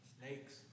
Snakes